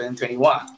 2021